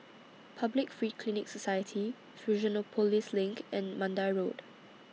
Public Free Clinic Society Fusionopolis LINK and Mandai Road